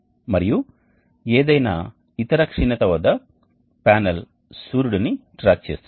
మరియు ఏదైనా ఇతర క్షీణత వద్ద ప్యానెల్ సూర్యుడిని ట్రాక్ చేస్తుంది